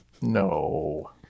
no